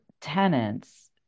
tenants